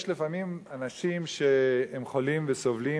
יש לפעמים אנשים שהם חולים וסובלים,